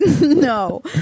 No